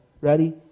Ready